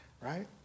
right